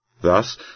Thus